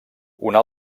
una